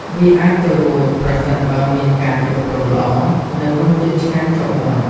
វាអាចទៅរួចប្រសិនបើមានការគ្រប់គ្រងល្អ និងរសជាតិឆ្ងាញ់ជាប់មាត់។